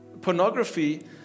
pornography